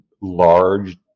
large